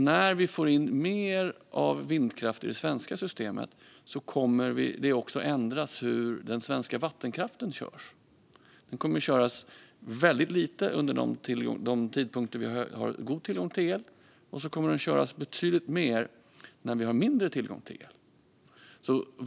När vi får in mer av vindkraft i det svenska systemet kommer det att påverka hur den svenska vattenkraften körs. Den kommer att köras väldigt lite vid de tidpunkter då vi har god tillgång till el, och den kommer att köras betydligt mer när vi har mindre tillgång till el.